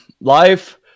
life